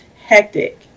hectic